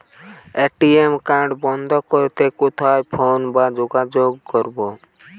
ATM card বন্ধ করতে কোথায় ফোন বা যোগাযোগ করব?